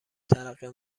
ترقه